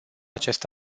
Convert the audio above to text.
acest